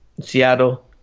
Seattle